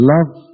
Love